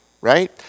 right